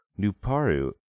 Nuparu